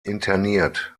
interniert